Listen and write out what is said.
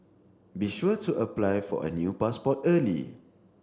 be sure to apply for a new passport early